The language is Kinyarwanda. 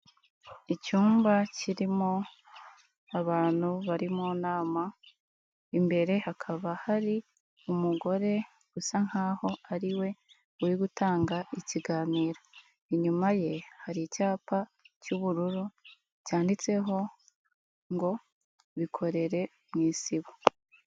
Icyumba kirimo abantu bari mu nama, imbere hakaba hari umugore usa nkaho ari we uri gutanga ikiganiro, inyuma ye hari icyapa cy'ubururu cyanditseho ngo bikorere mu isibo.